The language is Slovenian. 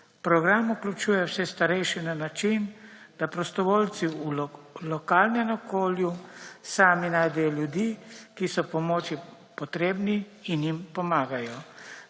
Program vključuje vse starejše na način, da prostovoljci v lokalnem okolju sami najdejo ljudi, ki so pomoči potrebni in jim pomagajo.